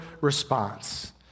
response